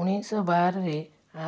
ଉଣେଇଶହ ବାରରେ